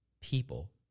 people